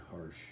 harsh